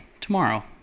tomorrow